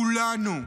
כולנו,